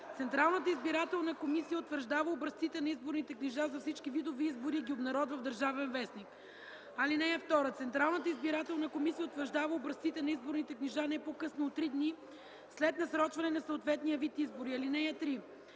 Централната избирателна комисия утвърждава образците на изборните книжа за всички видове избори и ги обнародва в „Държавен вестник”. (2) Централната избирателна комисия утвърждава образците на изборните книжа не по-късно от три дни след насрочване на съответния вид избори. (3)